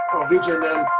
original